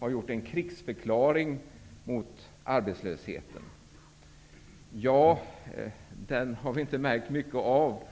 har utfärdat en krigsförklaring mot arbetslösheten. Den har vi inte märkt mycket av.